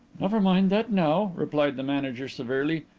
never mind that now, replied the manager severely.